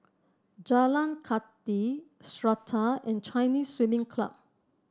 Jalan Kathi Strata and Chinese Swimming Club